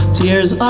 tears